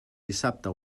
dissabte